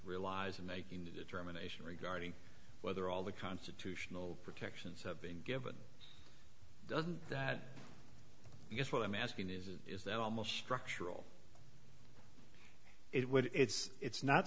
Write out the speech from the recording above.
relies on making the determination regarding whether all the constitutional protections have been given doesn't that i guess what i'm asking is is that almost structural it would it's it's not